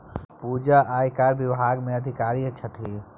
पूजा आयकर विभाग मे अधिकारी छथि